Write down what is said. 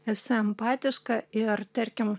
esu empatiška ir tarkim